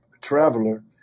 traveler